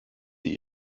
sie